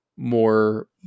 more